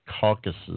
caucuses